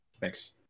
Thanks